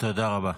תודה רבה.